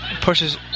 Pushes